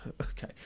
Okay